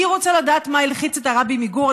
אני רוצה לדעת מה הלחיץ את הרבי מגור.